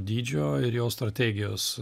dydžio ir jo strategijos